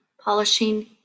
polishing